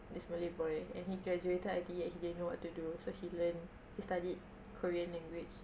this malay boy and he graduated I_T_E and he didn't know what to do so he learned he studied korean language